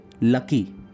lucky